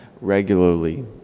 regularly